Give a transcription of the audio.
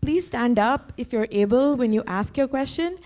please stand up if you're able, when you ask your question